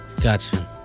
Gotcha